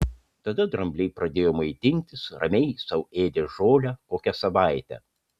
tada drambliai pradėjo maitintis ramiai sau ėdė žolę kokią savaitę